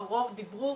הרוב דברו